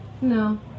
no